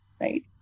Right